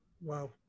wow